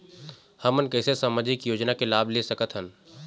हमन कैसे सामाजिक योजना के लाभ ले सकथन?